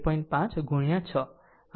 5 ગુણ્યા 6